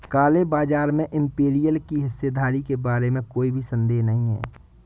काले बाजार में इंपीरियल की हिस्सेदारी के बारे में भी कोई संदेह नहीं है